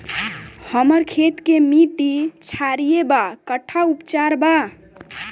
हमर खेत के मिट्टी क्षारीय बा कट्ठा उपचार बा?